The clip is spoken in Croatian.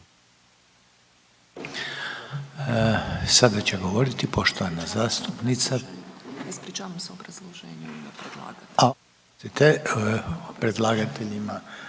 Sada će govoriti poštovana zastupnica